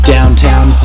Downtown